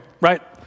right